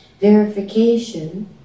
verification